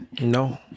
no